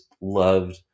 loved